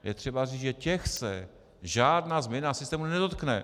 Je třeba říct, že těch se žádná změna systému nedotkne.